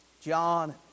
John